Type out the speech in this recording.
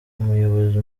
umuyobozi